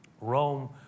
Rome